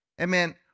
Amen